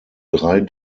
drei